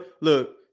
look